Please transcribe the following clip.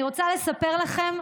אני רוצה לספר לכם,